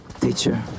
teacher